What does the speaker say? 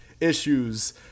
issues